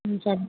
ம் சரி